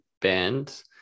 band